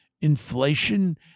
inflation